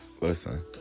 Listen